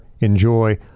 enjoy